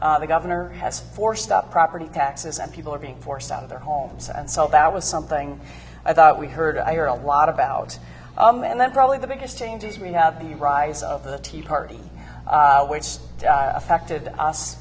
from the governor has forced up property taxes and people are being forced out of their homes and so that was something i thought we heard i hear a lot about and that probably the biggest change is we have the rise of the tea party which affected us